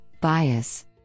bias